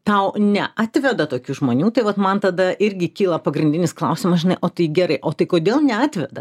tau ne atveda tokių žmonių tai vat man tada irgi kyla pagrindinis klausimas žinai o tai gerai o tai kodėl neatveda kodėl nepasiūlo kodėl